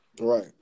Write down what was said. Right